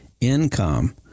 income